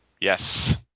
Yes